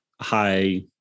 high